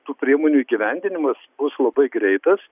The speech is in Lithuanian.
tų priemonių įgyvendinimas bus labai greitas